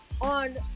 on